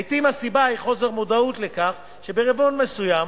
לעתים הסיבה היא חוסר מודעות לכך שברבעון מסוים